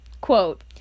Quote